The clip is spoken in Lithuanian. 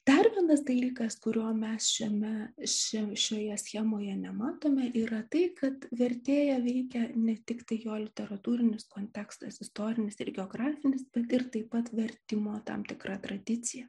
dar vienas dalykas kurio mes šiame šioje schemoje nematome yra tai kad vertėją veikia ne tiktai jo literatūrinis kontekstas istorinis ir geografinis bet ir taip pat vertimo tam tikra tradicija